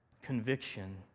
conviction